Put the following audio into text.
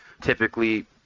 Typically